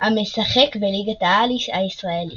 המשחק בליגת העל הישראלית.